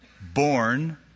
born